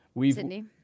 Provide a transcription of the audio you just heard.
Sydney